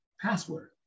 password